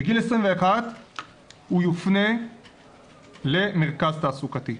בגיל 21 הוא יופנה למרכז תעסוקתי,